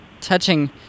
touching